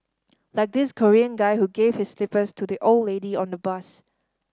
like this Korean guy who gave his slippers to the old lady on the bus